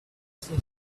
station